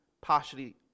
partially